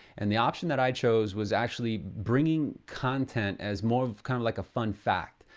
and the option that i chose was actually bringing content as more of kind of like, a fun fact,